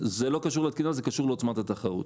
זה לא קשור לתקינה, זה קשור לעוצמת התחרות.